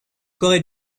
corée